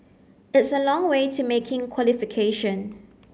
it's a long way to making qualification